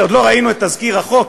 כשעוד לא ראינו את תזכיר החוק,